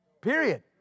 Period